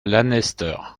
lanester